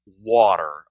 water